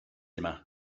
yma